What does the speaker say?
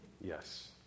Yes